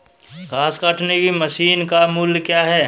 घास काटने की मशीन का मूल्य क्या है?